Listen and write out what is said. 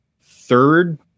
third